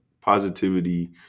positivity